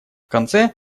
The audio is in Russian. конце